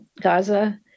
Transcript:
Gaza